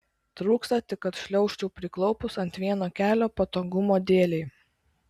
trūksta tik kad šliaužčiau priklaupus ant vieno kelio patogumo dėlei